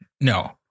no